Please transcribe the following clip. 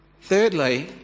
Thirdly